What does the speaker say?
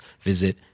visit